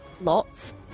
lots